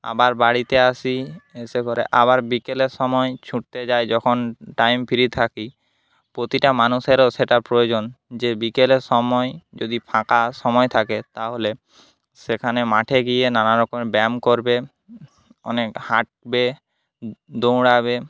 আবার বাড়িতে আসি এসে করে আবার বিকেলের সময়ে ছুটতে যাই যখন টাইম ফ্রি থাকি প্রতিটা মানুষেরও সেটা প্রয়োজন যে বিকেলের সময়ে যদি ফাঁকা সময় থাকে তাহলে সেখানে মাঠে গিয়ে নানা রকমের ব্যায়াম করবে অনেক হাঁটবে দৌড়াবে